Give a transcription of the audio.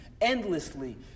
endlessly